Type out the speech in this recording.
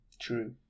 true